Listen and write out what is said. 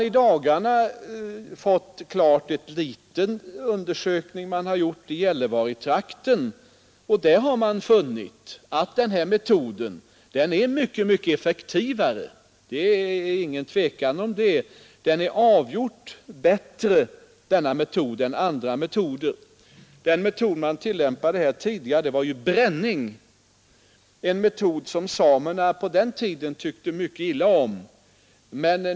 I dagarna har man fått en liten undersökning klar som man har gjort i Gällivaretrakten, och där har man funnit att den här metoden är mycket effektivare. Det är inget tvivel om att den är avgjort bättre än andra metoder. Den metod man tillämpade här tidigare var ju bränning, något som samerna på den tiden tyckte mycket illa om.